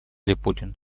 липутин